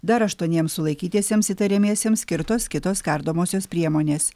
dar aštuoniems sulaikytiesiems įtariamiesiems skirtos kitos kardomosios priemonės